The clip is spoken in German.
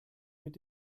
mit